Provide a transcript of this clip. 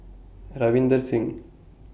Ravinder Singh